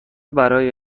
برای